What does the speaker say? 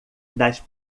das